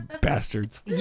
bastards